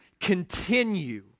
continue